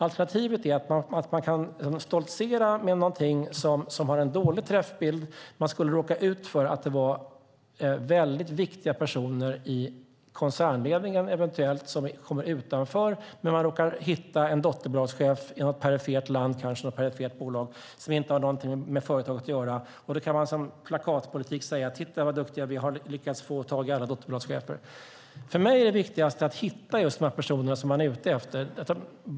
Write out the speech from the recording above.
Alternativet är att man kan stoltsera med någonting som har en dålig träffbild. Man kunde eventuellt råka ut för att det är väldigt viktiga personer i koncernledningen som kommer utanför. Men man råkar hitta en dotterbolagschef i något perifert land och kanske i ett perifert bolag som inte har någonting med företaget att göra. Då kan man som plakatpolitik säga: Titta vad duktiga vi är som lyckats få tag i alla dotterbolagschefer! För mig är det viktigaste att hitta de personer man är ute efter.